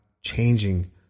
changing